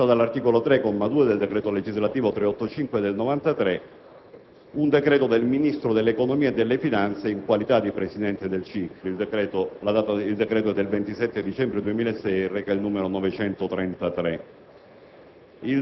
previsto dall'articolo 3, comma 2, del decreto legislativo n. 385 del 1993, un decreto del Ministro dell'economia e delle finanze, in qualità di Presidente del CICR. Il decreto è del 27 dicembre 2006 e reca il numero 933.